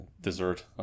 dessert